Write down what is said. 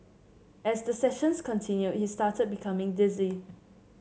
as the sessions continued he started becoming dizzy